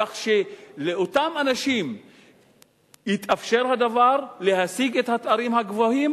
כך שלאותם אנשים יתאפשר להשיג את התארים הגבוהים,